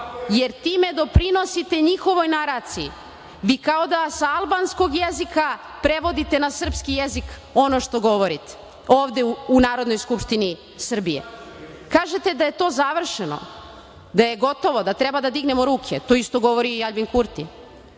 jer time doprinosite njihovoj naraciji. Vi kao da sa albanskog jezika prevodite na srpski jezik ono što govorite ovde Narodnoj skupštini Srbije. Kažete da je to završeno, da je gotovo, da treba da dignemo ruke, to isto govori i Aljbin Kurti.